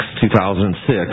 2006